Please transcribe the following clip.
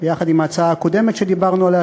ביחד עם ההצעה הקודמת שדיברנו עליה,